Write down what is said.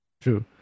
true